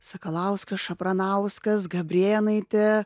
sakalauskas šapranauskas gabrėnaitė